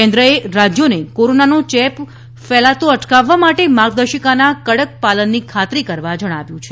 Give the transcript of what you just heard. કેન્દ્રએ રાજ્યોને કોરોનાનો ચેપ ફેલાતો અટકાવવા માટે માર્ગદર્શિકાના કડક પાલનની ખાતરી કરવા જણાવ્યું છે